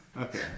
Okay